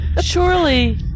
Surely